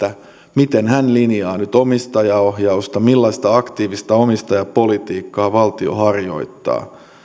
miten hän linjaa nyt omistajaohjausta millaista aktiivista omistajapolitiikkaa valtio harjoittaa